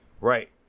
Right